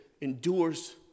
endures